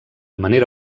manera